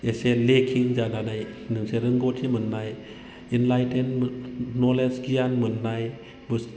एसे लेकिं जानानै मोनसे रोंगौथि मोननाय इनलाइटेन न'लेज गियान मोननाय